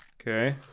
Okay